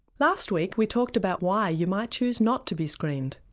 last week we talked about why you might choose not to be screened.